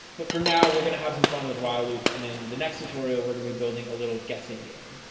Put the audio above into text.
but for now we're gonna have some fun with while loops and in the next tutorial, we're gonna be building a little guessing game